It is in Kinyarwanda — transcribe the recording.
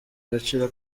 agaciro